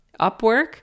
Upwork